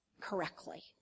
correctly